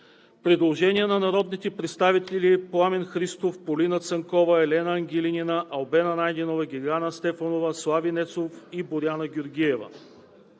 предложение на народните представители Пламен Христов, Полина Панкова, Елена Ангелинина, Албена Найденова, Гергана Стефанова, Слави Нецов, Боряна Георгиева.